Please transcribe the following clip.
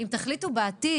אם תחליטו בעתיד,